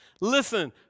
listen